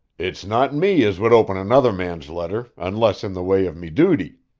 it's not me as would open another man's letter, unless in the way of me duty.